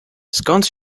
skąd